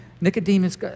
Nicodemus